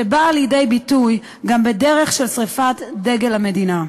שבאה לידי ביטוי גם בדרך של שרפת דגל המדינה.